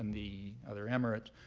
the other emirates,